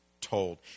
told